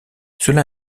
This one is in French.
cela